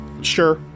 sure